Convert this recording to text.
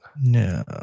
No